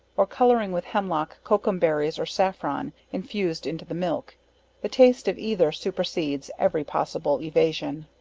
or colouring with hemlock, cocumberries, or safron, infused into the milk the taste of either supercedes every possible evasion.